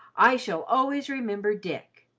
i shall always remember dick.